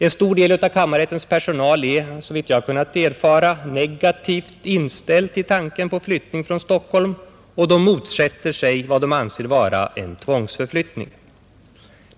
En stor del av kammarrättens personal är, såvitt jag kunnat erfara, negativt inställd till tanken på en flyttning från Stockholm och motsätter sig vad de anser vara en tvångsförflyttning.